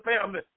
family